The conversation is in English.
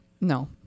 No